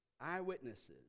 eyewitnesses